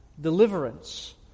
deliverance